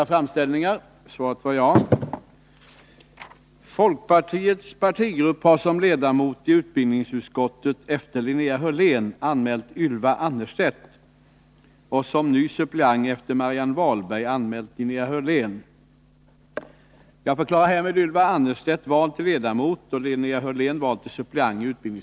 Folkpartiets partigrupp har som ny ledamot i utbildningsutskottet efter Linnea Hörlén anmält Ylva Annerstedt och som ny suppleant efter Marianne Wahlberg anmält Linnea Hörlén.